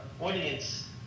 audience